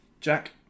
jack